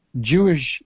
Jewish